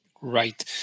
Right